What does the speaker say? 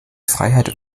freiheit